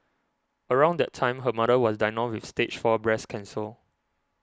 around that time her mother was diagnosed with Stage Four breast cancer